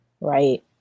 Right